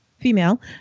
Female